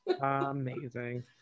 amazing